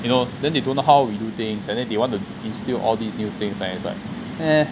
you know then they don't know how we do things and then they want to instill all these new things then it's like eh